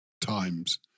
times